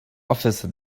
office